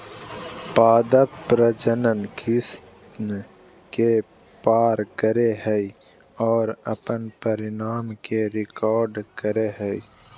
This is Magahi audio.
पादप प्रजनन किस्म के पार करेय हइ और अपन परिणाम के रिकॉर्ड करेय हइ